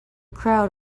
crowd